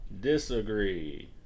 disagree